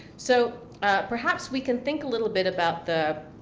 so perhaps we can think a little bit about the,